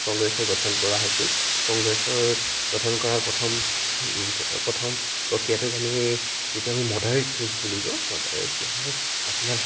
কংগ্ৰেছৰ গঠন কৰা হৈছিল কংগ্ৰেছৰ গঠন কৰাৰ প্ৰথম প্ৰথম প্ৰক্ৰিয়াটোক আমি যিটো আমি মডাৰেট ফিজ বুলি কওঁ মডাৰেট মানে আপোনাৰ